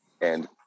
And-